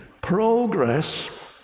Progress